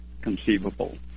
conceivable